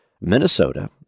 Minnesota